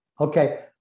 okay